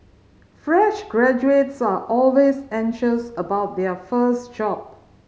fresh graduates are always anxious about their first job